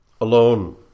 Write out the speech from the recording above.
alone